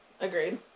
Agreed